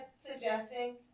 suggesting